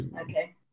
Okay